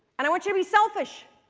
and i want you to be selfish.